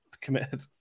committed